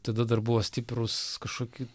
tada dar buvo stiprūs kažkokie